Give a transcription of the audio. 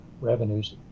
revenues